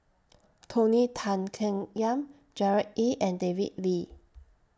Tony Tan Keng Yam Gerard Ee and David Lee